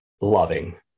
loving